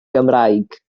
gymraeg